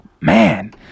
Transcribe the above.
man